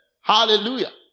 Hallelujah